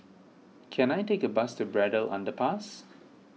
can I take a bus to Braddell Underpass